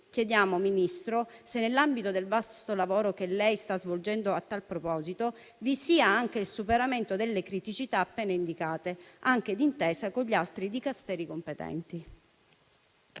quindi, Ministro, se, nell'ambito del vasto lavoro che lei sta svolgendo a tal proposito, vi sia anche il superamento delle criticità appena indicate, anche d'intesa con gli altri Dicasteri competenti.